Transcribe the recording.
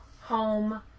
home